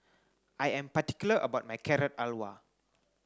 I am particular about my Carrot Halwa